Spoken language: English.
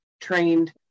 trained